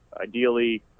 ideally